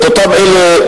את אותם אלה,